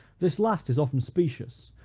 this last is often specious,